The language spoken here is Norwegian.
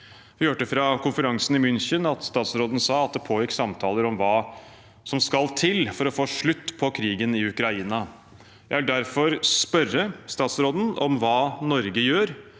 Vi hørte fra konferansen i München at statsråden sa at det pågikk samtaler om hva som skal til for å få slutt på krigen i Ukraina. Jeg vil derfor spørre utenriksministeren om hva Norge gjør,